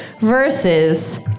versus